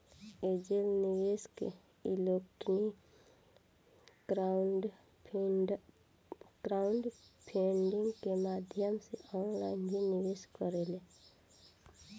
angel निवेशक equity crowdfunding के माध्यम से ऑनलाइन भी निवेश करेले